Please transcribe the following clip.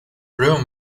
room